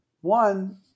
One